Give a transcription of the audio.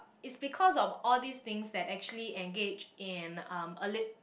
it's because of all these things that actually engage in um a lit~